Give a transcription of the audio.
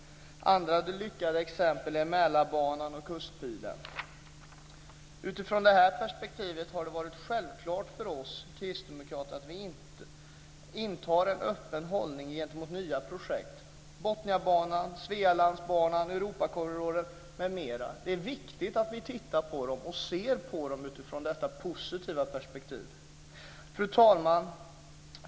Andra lyckade exempel är Mälarbanan och Kustpilen. Utifrån det här perspektivet har det varit självklart för oss kristdemokrater att inta en öppen hållning gentemot nya projekt som Botniabanan, Svealandsbanan, Europakorridoren m.fl. Det är viktigt att vi ser på dem utifrån detta positiva perspektiv. Fru talman!